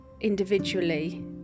individually